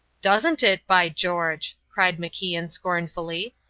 doesn't it, by george! cried macian, scornfully.